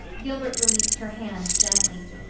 gilbert released her hand gently.